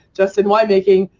just in winemaking,